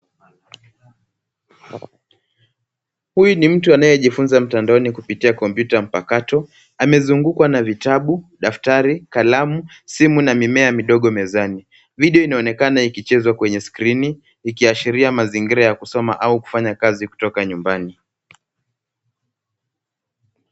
Huyu ni mtu anayejifunza mtandaoni kupitia kompyuta mpakato. Amezungukwa na vitabu, daftari, kalamu, simu na mimea midogo mezani. Video inaonekana ikichezwa kwenye skrini, ikiashiria mazingira ya kusoma au kufanya kazi kutoka nyumbani.